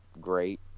great